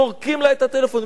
טורקים לה את הטלפון.